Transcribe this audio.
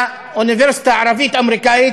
לאוניברסיטה הערבית-אמריקנית,